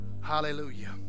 Hallelujah